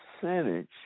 percentage